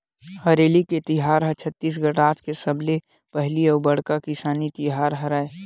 हरेली के तिहार ह छत्तीसगढ़ राज के सबले पहिली अउ बड़का किसानी तिहार हरय